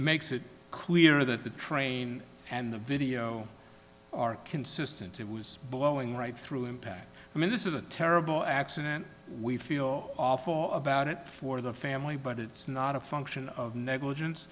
makes it clear that the train and the video are consistent it was blowing right through impact i mean this is a terrible accident we feel awful about it for the family but it's not a function of negligence